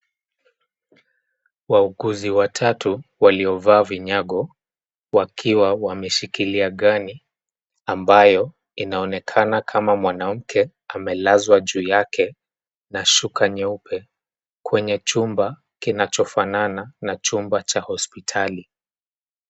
Wauguzi watatu waliovaa vinyago wakiwa wameshikilia ngani ambayo inaonekana kama mwanamke amelazwa juu yake na shuka nyeupe, kwenye chumba kinachofanana na chumba cha hospitali.